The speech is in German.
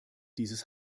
dieses